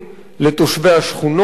לתושבי השכונות,